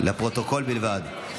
לפרוטוקול בלבד.